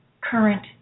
current